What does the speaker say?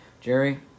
Jerry